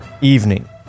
Evening